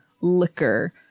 liquor